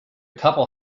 couple